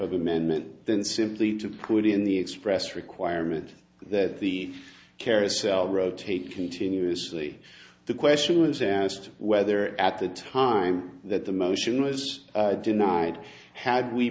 of amendment than simply to put in the expressed requirement that the carousel rotate continuously the question was asked whether at the time that the motion was denied had we